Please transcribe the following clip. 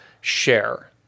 Share